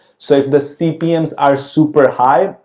so, if the cpm are super high,